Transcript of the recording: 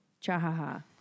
cha-ha-ha